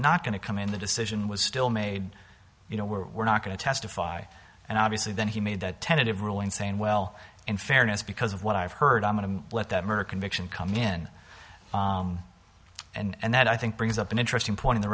not going to come in the decision was still made you know we're not going to testify and obviously then he made that tentative ruling saying well in fairness because of what i've heard i'm going to let that murder conviction come in and that i think brings up an interesting point in the